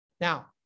Now